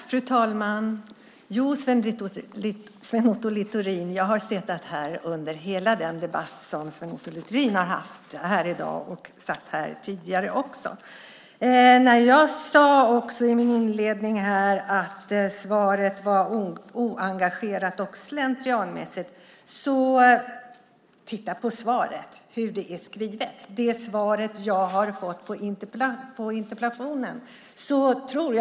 Fru talman! Jo, Sven Otto Littorin, jag har suttit här under hela den debatt som Sven Otto Littorin har haft här i dag, och jag satt här tidigare också. Jag sade i min inledning att svaret var oengagerat och slentrianmässigt. Titta på svaret, på hur det svar jag har fått på interpellationen är skrivet!